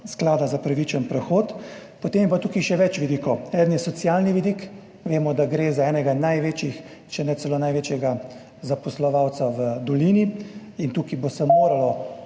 Sklada za pravičen prehod. Potem je pa tukaj še več vidikov. Eden je socialni vidik, vemo, da gre za enega največjih, če ne celo največjega zaposlovalca v Dolini, in tukaj se bo moralo